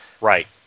Right